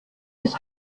ist